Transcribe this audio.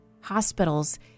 hospitals